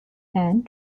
and